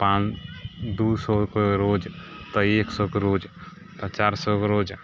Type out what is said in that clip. तऽ पान दू सए रूपए रोज तऽ एक सए के रोज तऽ चारि सए के रोज